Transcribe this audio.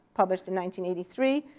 published in one three,